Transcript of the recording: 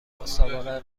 مسابقه